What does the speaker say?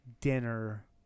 dinner